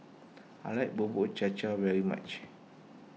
I like Bubur Cha Cha very much